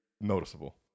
noticeable